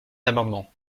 amendement